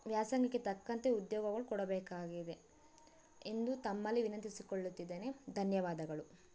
ವ್ಯಾಸಂಗಕ್ಕೆ ತಕ್ಕಂತೆ ಉದ್ಯೋಗಗಳು ಕೊಡಬೇಕಾಗಿದೆ ಎಂದು ತಮ್ಮಲ್ಲಿ ವಿನಂತಿಸಿಕೊಳುತ್ತಿದ್ದೇನೆ ಧನ್ಯವಾದಗಳು